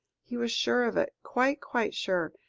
he was sure of it, quite, quite sure,